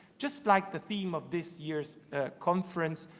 just like the theme of this year's conference,